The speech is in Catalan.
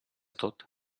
tot